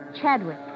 Chadwick